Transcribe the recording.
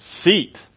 seat